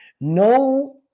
no